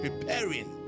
preparing